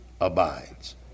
abides